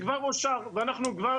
אנחנו כבר